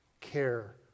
care